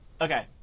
Okay